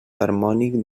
harmònic